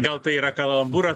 gal tai yra kalambūra